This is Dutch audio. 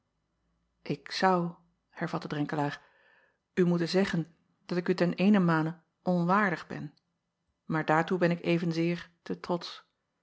k zou hervatte renkelaer u moeten zeggen dat ik u ten eenenmale onwaardig ben maar daartoe ben ik evenzeer te trotsch